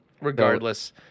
regardless –